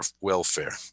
welfare